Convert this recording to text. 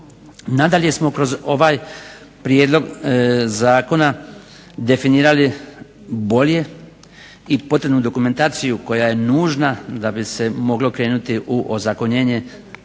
Nadalje smo kroz ovaj prijedlog zakona definirali bolje i potrebnu dokumentaciju koja je nužna da bi se moglo krenuti u ozakonjenje